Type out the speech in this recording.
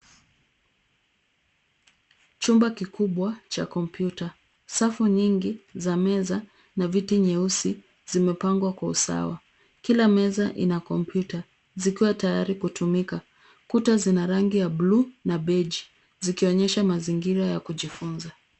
Chumba kikubwa cha kompyuta. Safu nyingi za meza na viti nyeusi zimepangwa kwa usawa. Kila meza ina kompyuta zikiwa tayari kutumika. Kuta zina rangi ya blue na beige zikionyesha mazingira ya kujifunza.